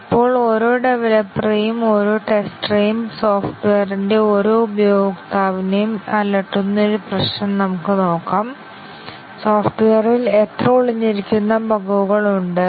ഇപ്പോൾ ഓരോ ഡവലപ്പറെയും ഓരോ ടെസ്റ്ററെയും സോഫ്റ്റ്വെയറിന്റെ ഓരോ ഉപയോക്താവിനെയും അലട്ടുന്ന ഒരു പ്രശ്നം നമുക്ക് നോക്കാം സോഫ്റ്റ്വെയറിൽ എത്ര ഒളിഞ്ഞിരിക്കുന്ന ബഗ്ഗുകൾ ഉണ്ട്